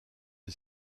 est